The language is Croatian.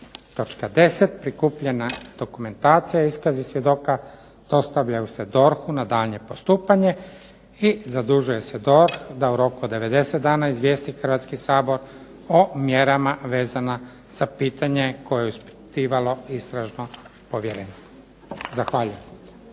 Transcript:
Točka 10. Prikupljena dokumentacija i iskazi svjedoka dostavljaju se DORH-u na daljnje postupanje i zadužuje se DORH da u roku od 90 dana izvijesti Hrvatski sabor o mjerama vezano za pitanje koje je ispitivalo Istražno povjerenstvo. Zahvaljujem.